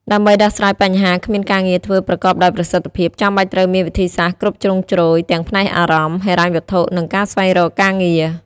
ដើម្បីដោះស្រាយបញ្ហាគ្មានការងារធ្វើប្រកបដោយប្រសិទ្ធភាព ចាំបាច់ត្រូវមានវិធីសាស្ត្រគ្រប់ជ្រុងជ្រោយទាំងផ្នែកអារម្មណ៍ ហិរញ្ញវត្ថុ និងការស្វែងរកការងារ។